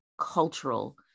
cultural